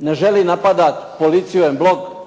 ne želi napadati policiju emblog